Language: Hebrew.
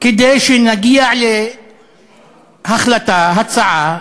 כדי שנגיע להחלטה, הצעה,